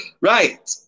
right